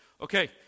Okay